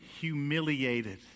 humiliated